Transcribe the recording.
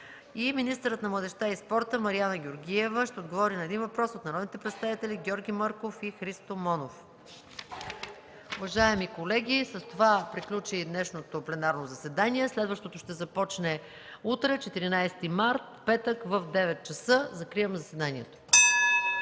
Министърът на младежта и спорта Мариана Георгиева ще отговори на един въпрос от народните представители Георги Мърков и Христо Монов. Уважаеми колеги, с това приключи днешното пленарно заседание. Следващото ще започне утре – 14 март, петък, в 9,00 ч. Закривам заседанието.